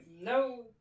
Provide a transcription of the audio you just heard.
no